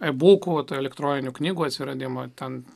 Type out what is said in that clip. ebukų elektroninių knygų atsiradimą ten